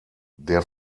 der